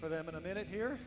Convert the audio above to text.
for them in a minute here